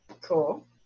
cool